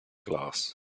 glass